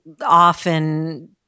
often